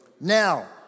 Now